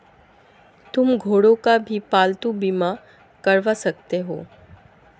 तुम घोड़ों का भी पालतू बीमा करवा सकते हो